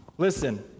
Listen